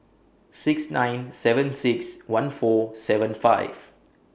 six nine seven six one four seven five